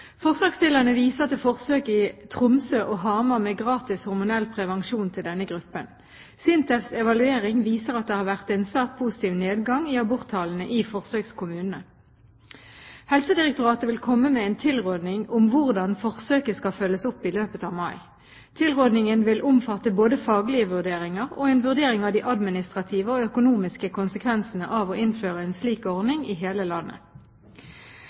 Forslagsstillerne viser til forsøk i Tromsø og Hamar med gratis hormonell prevensjon til denne gruppen. SINTEFs evaluering viser at det har vært en svært positiv nedgang i aborttall i forsøkskommunene. Helsedirektoratet vil komme med en tilråding om hvordan forsøket skal følges opp, i løpet av mai. Tilrådingen vil omfatte både faglige vurderinger og en vurdering av de administrative og økonomiske konsekvensene av å innføre en slik ordning i hele landet.